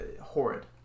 horrid